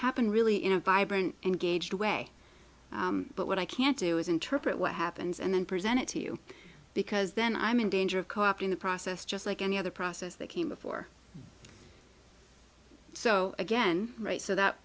happen really in a vibrant and gaged way but what i can't do is interpret what happens and then present it to you because then i'm in danger of copying the process just like any other process that came before so again right so that